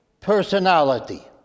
personality